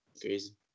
Crazy